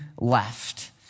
left